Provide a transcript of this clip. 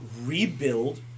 rebuild